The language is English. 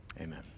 Amen